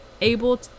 able